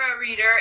Reader